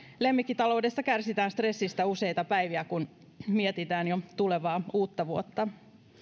lemmikkitaloudessa kärsitään stressistä useita päiviä kun mietitään jo tulevaa uuttavuotta